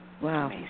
Wow